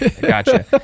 Gotcha